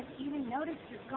even noticed you're